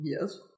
Yes